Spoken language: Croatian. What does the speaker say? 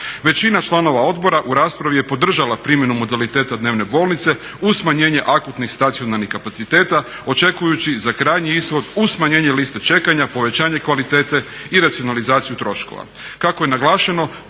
Većina članova odbora u raspravi je podržala primjenu modaliteta dnevne bolnice uz smanjenje akutnih stacionarnih kapaciteta očekujući za krajnji ishod uz smanjenje liste čekanja povećanje kvalitete i racionalizaciju troškova. Kako je naglašeno